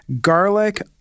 garlic